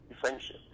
friendship